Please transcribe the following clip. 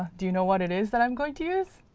do you know what it is that i'm going to use?